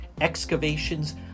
excavations